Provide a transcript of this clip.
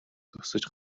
зогсож